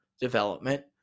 development